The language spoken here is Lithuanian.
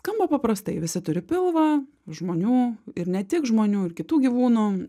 skamba paprastai visi turi pilvą žmonių ir ne tik žmonių ir kitų gyvūnų